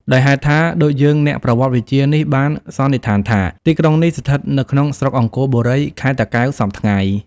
ដោយហេតុថា ដូចយើងអ្នកប្រវត្តិវិទ្យានេះបានសន្និដ្ឋានថា ទីក្រុងនេះ ស្ថិតនៅក្នុងស្រុកអង្គរបូរី ខេត្តតាកែវសព្វថ្ងៃ ។